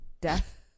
death